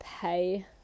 pay